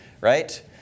right